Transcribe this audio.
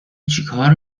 چیکار